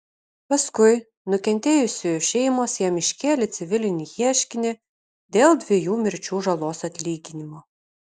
paskui nukentėjusiųjų šeimos jam iškėlė civilinį ieškinį dėl dviejų mirčių žalos atlyginimo